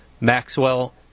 Maxwell